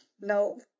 No